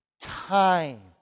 time